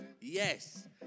Yes